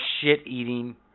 shit-eating